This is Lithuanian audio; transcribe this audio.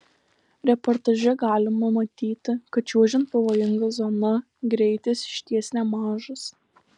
reportaže galima matyti kad čiuožiant pavojinga zona greitis iš ties nemažas